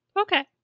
Okay